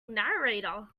narrator